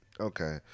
Okay